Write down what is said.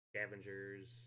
Scavengers